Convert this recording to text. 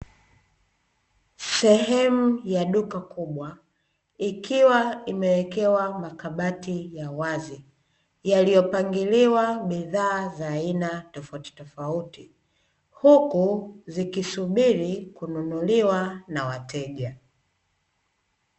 Sehemu ya duka kubwa ikiwa imeekewa makabsti ya wazi yaliyopangiliwa bidhaa za aina tofautitofauti, huku zikisubiri kununuliwa na wateja.